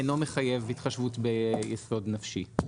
אינו מחייב התחשבות ביסוד נפשי.